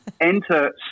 enter